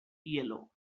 yellow